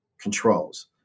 controls